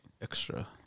extra